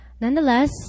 Nonetheless